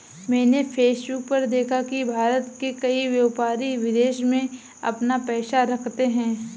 मैंने फेसबुक पर देखा की भारत के कई व्यापारी विदेश में अपना पैसा रखते हैं